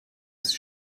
ist